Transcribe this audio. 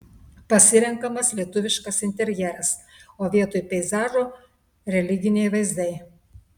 pasirenkamas lietuviškas interjeras o vietoj peizažo religiniai vaizdai